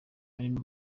arimo